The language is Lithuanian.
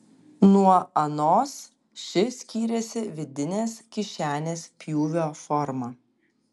nuo anos ši skyrėsi vidinės kišenės pjūvio forma